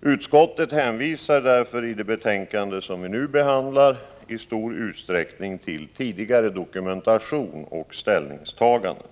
Utskottet hänvisar därför i det betänkande som vi nu behandlar i stor utsträckning till tidigare dokumentation och ställningstaganden.